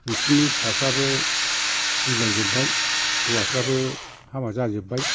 बिसिनि फिसाफ्राबो बिलायजोब्बाय हौवाफ्राबो हाबा जाजोब्बाय